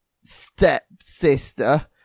stepsister